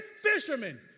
fishermen